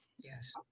yes